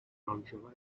lingerie